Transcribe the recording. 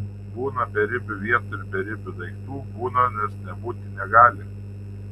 būna beribių vietų ir beribių daiktų būna nes nebūti negali